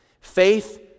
Faith